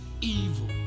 evil